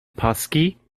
pasquis